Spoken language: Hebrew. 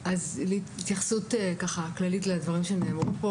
התייחסות כללית לדברים שנאמרו פה.